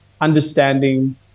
understanding